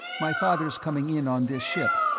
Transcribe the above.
my father's coming in on this ship.